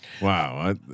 Wow